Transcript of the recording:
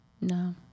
No